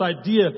idea